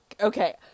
Okay